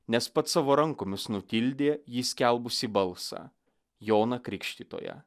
nes pats savo rankomis nutildė jį skelbusį balsą joną krikštytoją